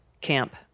camp